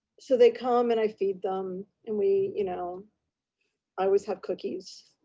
so they come and i feed them and we, you know i always have cookies.